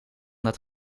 dat